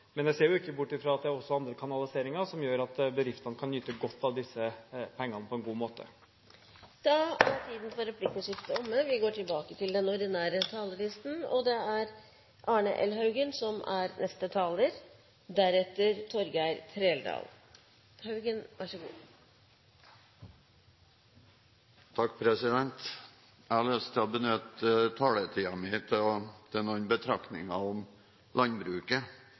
Men jeg ser ikke bort fra at det også er andre kanaliseringer som gjør at bedriftene kan nyte godt av disse pengene på en god måte. Replikkordskiftet er omme. Jeg har lyst til å benytte taletiden min til noen betraktninger om landbruket. For landet, innbyggerne, er landbruket og hvordan det utvikler seg framover, svært viktig. Her er